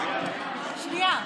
סליחה,